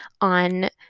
on